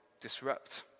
disrupt